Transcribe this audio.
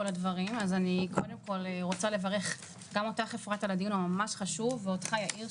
אני רוצה לברך אותך אפרת על הדיון החשוב ואותך יאיר,